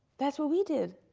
that's what we did.